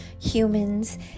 humans